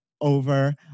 over